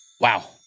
Wow